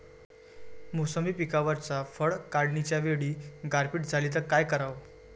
मोसंबी पिकावरच्या फळं काढनीच्या वेळी गारपीट झाली त काय कराव?